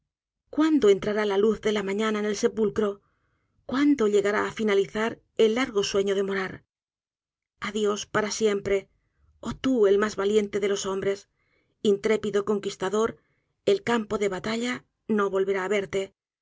cuándo entrará la luz de la mañana en el sepulcro cuándo llegará á finalizar el largo sueño de morar adiós para siempre oh tú el mas valiente de los hombres intrépido conquistador el campo de batalla no volverá á verte